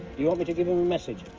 you want me to give him a message?